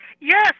yes